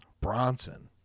Bronson